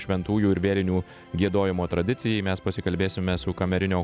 šventųjų ir vėrinių giedojimo tradicijai mes pasikalbėsime su kamerinio